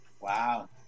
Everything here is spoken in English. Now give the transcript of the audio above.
Wow